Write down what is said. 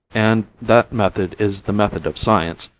and that method is the method of science,